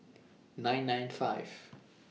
nine nine five